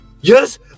Yes